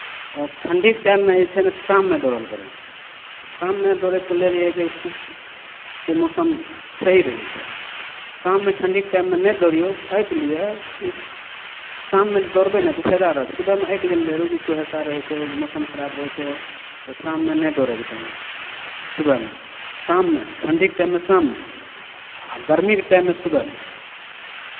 आओर ठण्डीके टाइममे जे छै ने शाममे दौड़ल करू शाममे दौड़यके लेल ई होइ छै कि सु जे मौसम सही रहै छै शाममे ठण्ढीके टाइममे नहि दौड़िऔ एहिके लिए कि शाममे दौड़बै ने तऽ फाइदा रहतै सुबहमे एहिके लेल नहि दौड़ू कि कुहेसा रहै छै मौसम खराब रहै छै तऽ शाममे नहि दौड़यके चाही सुबहमे शाममे ठण्ढीके टाइममे शाममे आ गरमीके टाइममे सुबहमे